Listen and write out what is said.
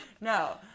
no